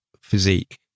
physique